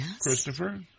Christopher